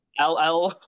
LL